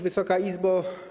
Wysoka Izbo!